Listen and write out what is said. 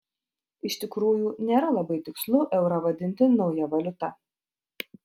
iš tikrųjų nėra labai tikslu eurą vadinti nauja valiuta